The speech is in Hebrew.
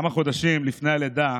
כמה חודשים לפני הלידה,